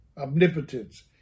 omnipotence